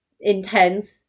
intense